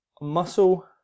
muscle